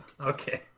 Okay